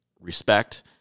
respect